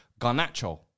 Garnacho